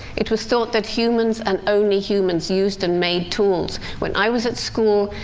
it was thought that humans, and only humans, used and made tools. when i was at school,